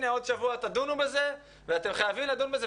הנה עוד שבוע תדונו בזה ואתם חייבים לדון בזה.